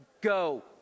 Go